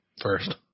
first